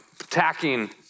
attacking